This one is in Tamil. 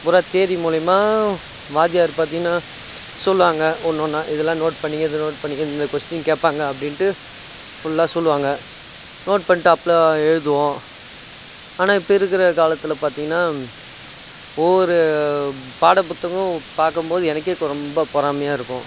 பூரா தியரி மூலிமா வாத்தியார் பார்த்தீங்கன்னா சொல்லுவாங்க ஒன்று ஒன்றா இதெல்லாம் நோட் பண்ணிங்க இதை நோட் பண்ணிக்க இந்தந்த கொஸ்டின் கேட்பாங்க அப்படின்ட்டு ஃபுல்லாக சொல்லுவாங்க நோட் பண்ணிட்டு அப்புறம் எழுதுவோம் ஆனால் இப்போ இருக்கிற காலத்தில் பார்த்தீங்கன்னா ஒவ்வொரு பாடப்புத்தகம் பார்க்கம் போது எனக்கே ரொம்ப பொறாமையாக இருக்கும்